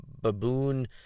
baboon